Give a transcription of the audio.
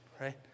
right